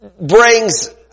brings